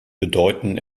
bedeuten